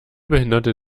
behinderte